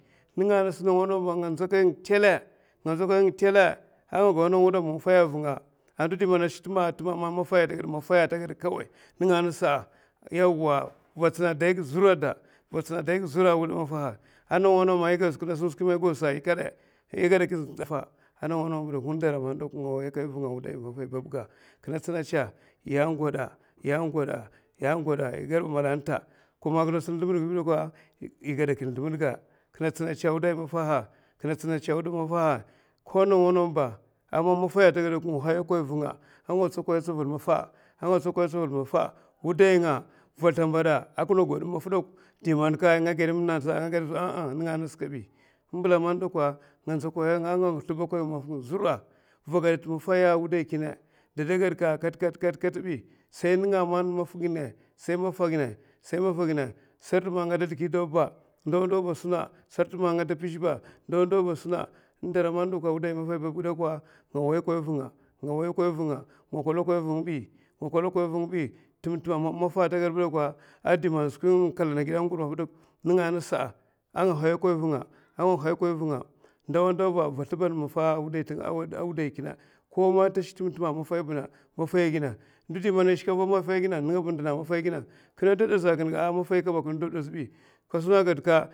Ninga nasa nga nzakwa nga telaa, a nga go telaa nawa nawa ba nga maffaiya a vunga a ndsu indi mana shka tema man maffaiya ata gada kai ninga nasa’a vina vsina daiga zura de yewa vina tsina daiga zura da vira daiga zura’a, a wud maffaha a nawa nawa sa kina sun skwi man i gwad sikadai igada kin zurdapa a nawa nawa dak indala man nga indale wayakan wunga a dalai babga kina tsina tsa ya gwada, ya gwada. I gwada rata ko man kina sun sldimbadga bi dakwa igada kin sldimlad ga kina tsina tsa wudai maffah a kin tsina tsa wudai mattaha ko nawa nawaba a man maffaiya ata gada nga haya kwan a vunga a nga tsakwan tsavil maffa, a nga tsakwan tsavil maffa wuda! Nga, wudai nga vina slimbada a kina gwad mam maffa dak diman ka nga mam nasa nga gada ninga naskali imbila. Man dakwa nga nza kwaya a nga slimkwan a mam maffa zura’a va gwadan man maffai a wudai kina dude gwadke ket ket ketbi sai. Ninga managed ku sai mat gina, sai mafla gina sarta man nga de sldiki dawbe ndawa ndawa a suna sarta nga de pizhba ndawa ndawa a sana indara man dakwa maffai babga dakwa nga wayakwan vunga nga kwala kwan vung bi nga kwala kwan vung bi tem tema man maffaiya afa gad bidakwa a indi man skwi in kalana gida ngur maff dak ninga nasa a nga hayakwan vunga, nga haya kwan vunga ndawa ndawa ba va slibat maffa wudai kina ko man ta shik tema tina maffaibe maffaiya gina mdau mana shka ava maffaiba ningaba indina a maffai gina kina da dazha a kin maffai kaba kin maffai gina.